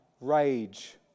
rage